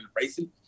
racing